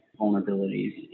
vulnerabilities